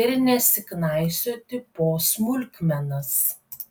ir nesiknaisioti po smulkmenas